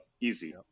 easy